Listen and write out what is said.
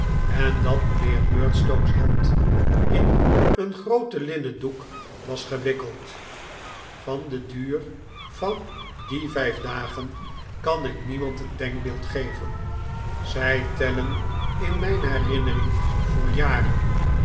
en dat mijnheer murdstone's hand in een grooten linnen doek was gewikkeld van den duur van die vijf dagen kan ik niemand een denkbeeld geven zij tellen in mijn herinnering voor jaren